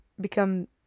become